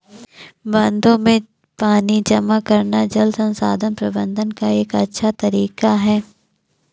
बांधों में पानी जमा करना जल संसाधन प्रबंधन का एक अच्छा तरीका है